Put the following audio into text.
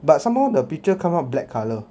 but somehow the picture come out black colour